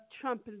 Trump